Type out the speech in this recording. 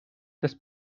dass